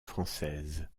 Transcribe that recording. française